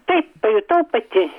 taip pajutau pati